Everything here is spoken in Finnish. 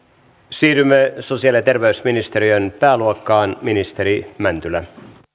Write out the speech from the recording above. siirrymme sosiaali ja terveysministeriön pääluokkaan ministeri mäntylä